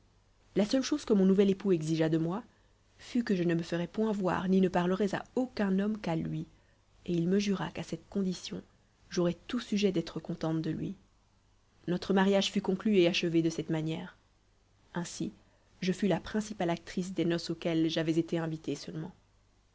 la seule chose que mon nouvel époux exigea de moi fut que je ne me ferais point voir ni ne parlerais à aucun homme qu'à lui et il me jura qu'à cette condition j'aurais tout sujet d'être contente de lui notre mariage fut conclu et achevé de cette manière ainsi je fus la principale actrice des noces auxquelles j'avais été invitée seulement